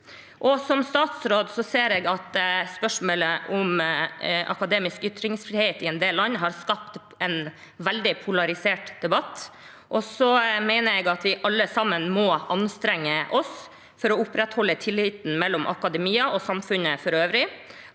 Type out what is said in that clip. Som statsråd ser jeg at spørsmålet om akademisk ytringsfrihet i en del land har skapt en veldig polarisert debatt. Jeg mener at vi alle sammen må anstrenge oss for å opprettholde tilliten mellom akademia og samfunnet for øvrig.